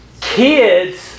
Kids